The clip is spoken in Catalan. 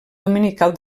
dominical